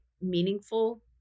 meaningful